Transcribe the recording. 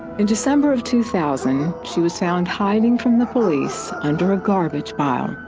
in december of two thousand, she was found hiding from the police under a garage pile,